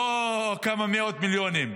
לא כמה מאות מיליונים.